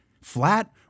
flat